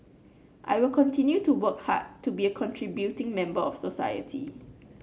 I will continue to work hard to be a contributing member of society